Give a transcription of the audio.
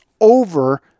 over